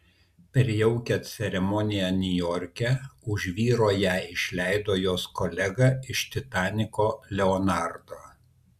per jaukią ceremoniją niujorke už vyro ją išleido jos kolega iš titaniko leonardo